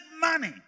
money